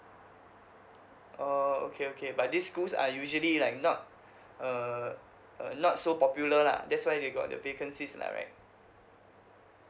orh okay okay but thess schools are usually like not err not so popular lah that's why they got the vacancies lah right